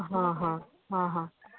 ହଁ ହଁ ହଁ ହଁ